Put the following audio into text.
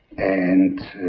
and